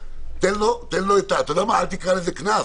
אל תקרא לזה "קנס",